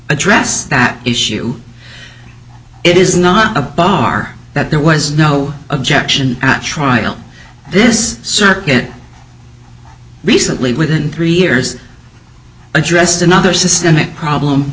address that issue it is not a bar that there was no objection at trial this circuit recently within three years addressed another systemic problem